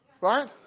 Right